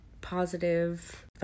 positive